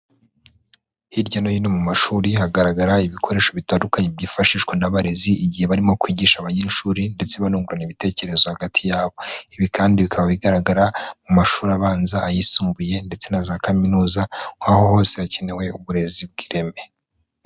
Hirya no hino mu mashuri hagaragara ibikoresho bitandukanye byifashishwa n'abarezi igihe barimo kwigisha abanyeshuri ndetse bungurana ibitekerezo hagati yabo, ibi kandi bikaba bigaragara mu mashuri abanza, ayisumbuye, ndetse na za kaminuza, aho hose hakenewe uburezi bw'ireme.